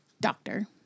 doctor